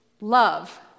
love